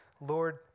Lord